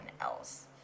else